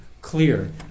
clear